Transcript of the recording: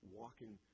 walking